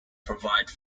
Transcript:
provide